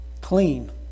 clean